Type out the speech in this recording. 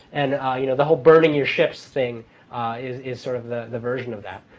and you know the whole burning your ships thing is is sort of the the version of that.